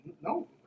No